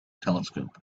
telescope